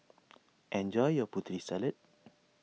enjoy your Putri Salad